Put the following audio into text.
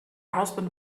husband